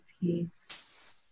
peace